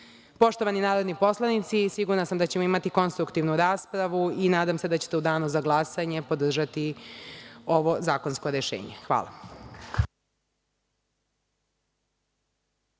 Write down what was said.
prekršaja. Poštovani narodni poslanici, sigurna sam da ćemo imati konstruktivnu raspravu i nadam se da ćete u danu za glasanje podržati ovo zakonsko rešenje. Hvala.